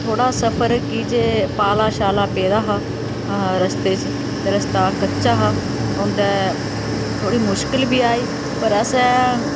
थोह्ड़ा सफर की जे पाला शाला पेदा हा रस्ते च ते रस्ता कच्चा हा औंदै थोह्ड़ी मुश्कल बी आई पर असें